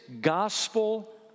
gospel